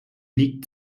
liegt